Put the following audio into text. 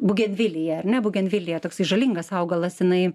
bugenvilyje ar ne bugenvilija toksai žalingas augalas jinai